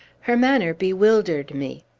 her manner bewildered me.